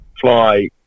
fly